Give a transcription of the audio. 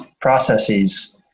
processes